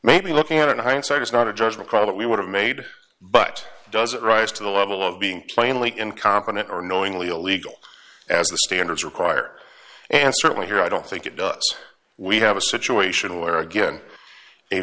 may be looking in hindsight is not a judgment call that we would have made but it doesn't rise to the level of being plainly incompetent or knowingly illegal as the standards require and certainly here i don't think it does we have a situation where again a